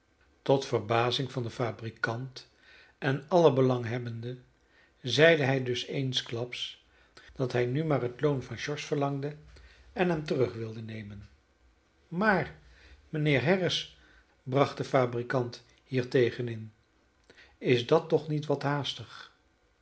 tot verbazing van den fabrikant en alle belanghebbenden zeide hij dus eensklaps dat hij nu maar het loon van george verlangde en hem terug wilde nemen maar mijnheer harris bracht de fabrikant hiertegen in is dat toch niet wat haastig